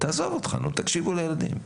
תעזוב אותך, נו, תקשיבו לילדים.